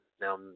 Now